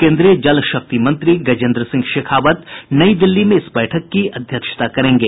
केंद्रीय जलशक्ति मंत्री गजेंद्र सिंह शेखावत नई दिल्ली में इस बैठक की अध्यक्षता करेंगे